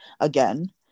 again